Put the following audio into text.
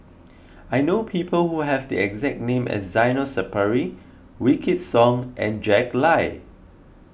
I know people who have the exact name as Zainal Sapari Wykidd Song and Jack Lai